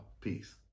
Peace